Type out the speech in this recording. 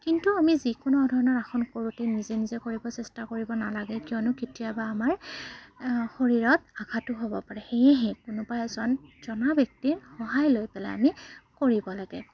কিন্তু আমি যিকোনো ধৰণৰ আসন কৰোঁতে নিজে নিজে কৰিব চেষ্টা কৰিব নালাগে কিয়নো কেতিয়াবা আমাৰ শৰীৰত আঘাতো হ'ব পাৰে সেয়েহে কোনোবা এজন জনা ব্যক্তিৰ সহায় লৈ পেলাই আমি কৰিব লাগে